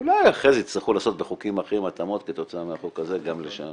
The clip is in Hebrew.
אולי אחרי זה יצטרכו לעשות בחוקים אחרים התאמות כתוצאה מהחוק הזה גם לשם